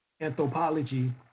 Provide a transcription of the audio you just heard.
anthropology